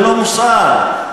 ללא מוסר.